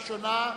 66 בעד,